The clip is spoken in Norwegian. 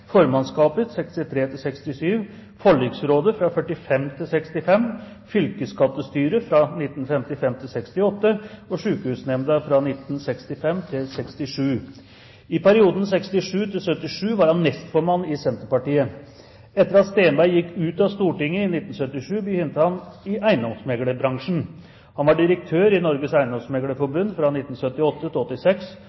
fylkesskattestyret 1955–1968 og sykehusnemnda 1965–1967. I perioden 1967–1977 var han nestformann i Senterpartiet. Etter at Steenberg gikk ut av Stortinget i 1977, begynte han i eiendomsmeglerbransjen. Han var direktør i Norges